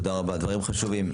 תודה רבה, דברים חשובים.